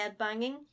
headbanging